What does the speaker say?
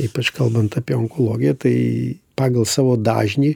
ypač kalbant apie onkologiją tai pagal savo dažnį